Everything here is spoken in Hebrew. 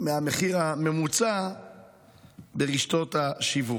מהמחיר מרשתות השיווק.